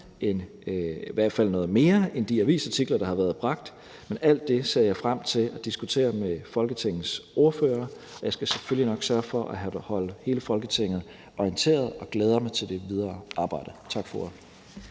i hvert fald noget mere, end de avisartikler, der har været bragt. Men alt det ser jeg frem til at diskutere med Folketingets ordførere, og jeg skal selvfølgelig nok sørge for at holde hele Folketinget orienteret, og jeg glæder mig til det videre arbejde. Tak for